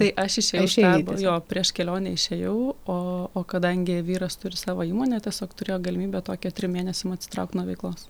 tai aš išėjau iš darbo jo prieš kelionę išėjau o kadangi vyras turi savo įmonę tiesiog turėjo galimybę tokią trim mėnesiam atsitraukt nuo veiklos